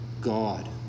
God